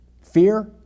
fear